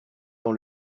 dans